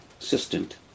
assistant